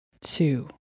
two